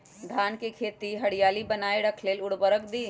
धान के खेती की हरियाली बनाय रख लेल उवर्रक दी?